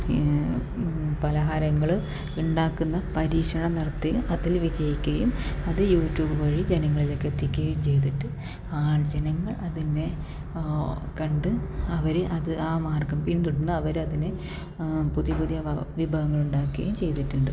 പലഹാരങ്ങൾ ഉണ്ടാക്കുന്ന പരീക്ഷണം നടത്തുകയും അതിൽ വിജയിക്കുകയും അത് യൂട്യൂബ് വഴി ജനങ്ങളിലേക്ക് എത്തിക്കുകയും ചെയ്തിട്ട് ജനങ്ങൾ അതിനെ കണ്ട് അവർ അത് ആ മാർഗ്ഗം പിന്തുടർന്ന് അവർ അതിനെ പുതിയ പുതിയ വിഭവങ്ങൾ ഉണ്ടാക്കുകയും ചെയ്തിട്ടുണ്ട്